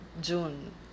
June